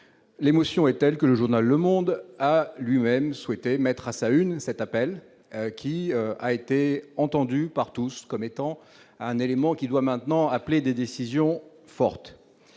l'émotion est telle que le journal Le Monde, a lui-même souhaité mettre à ça une cet appel qui a été entendu par tous comme étant un élément qui doit maintenant appeler des décisions fortes